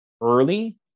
early